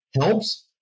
helps